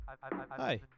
Hi